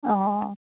অঁ